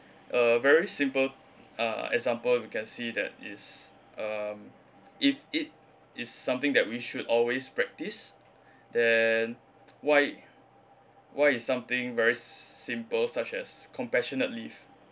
a very simple uh example we can see that is um if it is something that we should always practice then why why is something very simple such as compassionate leave